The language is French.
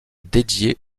dédiée